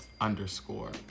underscore